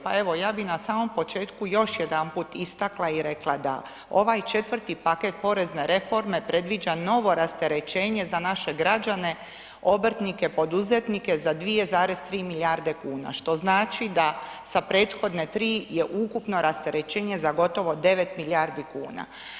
Pa evo ja bih na samom početku još jedanput istakla i rekla da ovaj 4.-ti paket porezne reforme predviđa novo rasterečenje za naše građane, obrtnike, poduzetnike, za 2,3 milijarde kuna što znači da sa prethodne 3 je ukupno rasterečenje za gotovo 9 milijardi kuna.